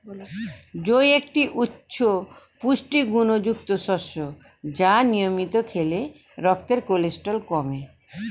জই একটি উচ্চ পুষ্টিগুণযুক্ত শস্য যা নিয়মিত খেলে রক্তের কোলেস্টেরল কমে